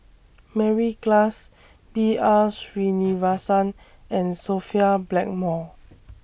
Mary Klass B R Sreenivasan and Sophia Blackmore